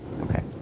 Okay